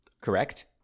Correct